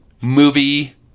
movie